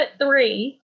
three